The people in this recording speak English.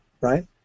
right